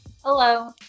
Hello